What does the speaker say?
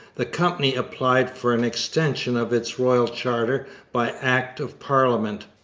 the company applied for an extension of its royal charter by act of parliament.